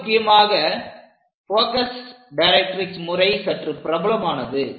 மிக முக்கியமாக focus directrix முறை சற்று பிரபலமானது